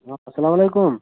آ اَسلام علیکُم